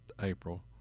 April